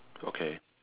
okay